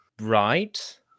right